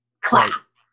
class